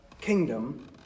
kingdom